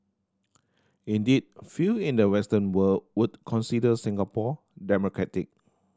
indeed few in the Western world would consider Singapore democratic